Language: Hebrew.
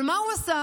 אבל מה הוא עשה?